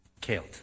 killed